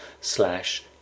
slash